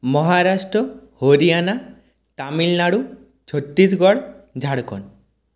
Maharashtra Haryana Tamil Nadu Chhattisgarh Jharkhand